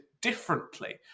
differently